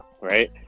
right